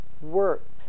work